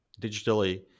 digitally